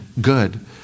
good